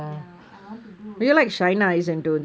ya I want to do also